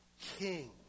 king